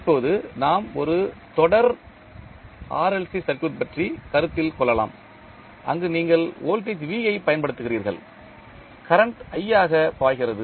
இப்போது நாம் ஒரு தொடர் RLC சர்க்யூட் பற்றி கருத்தில் கொள்ளலாம் அங்கு நீங்கள் வோல்டேஜ் V ஐப் பயன்படுத்துகிறீர்கள் கரண்ட் ஆக பாய்கிறது